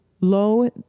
low